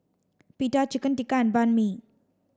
Pita Chicken Tikka and Banh Mi